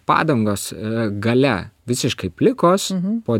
padangos gale visiškai plikos po